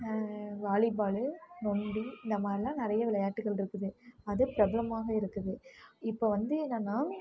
வாலி பாலு நொண்டி இந்தமாதிரிலாம் நிறைய விளையாட்டுகள் இருக்குது அது பிரபலமாக இருக்குது இப்போ வந்து என்னென்னால்